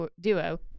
duo